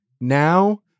now